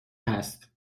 هست